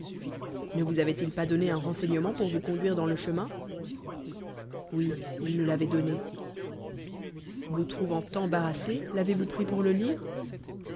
ne vous avoient ils pas donné nn renseigne sent pour vous conduire dans le chemin oui il ne l'avait donné vous trouvant embarrassés l'avez-vous priz pour le lire